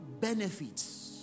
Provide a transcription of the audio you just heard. benefits